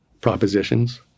propositions